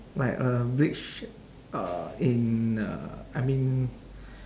like a bridge uh in uh I mean